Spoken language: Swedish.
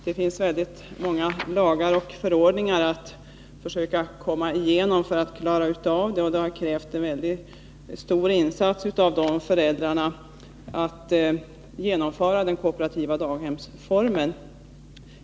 Det finns väldigt många lagar och förordningar som man skall komma igenom för att klara av det. Det har krävts en mycket stor insats av dessa föräldrar att genomföra den kooperativa daghemsformen.